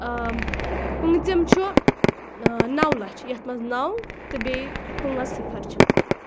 پٲنٛژِم چھُ نَو لَچھ یَتھ منٛز نَو تہٕ بیٚیہِ پٲنٛژ صِفر چھِ